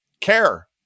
care